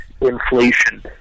inflation